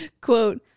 quote